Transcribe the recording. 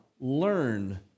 learn